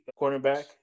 cornerback